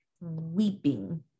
weeping